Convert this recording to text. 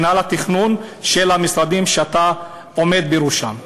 מינהל התכנון של המשרדים שאתה עומד בראשם.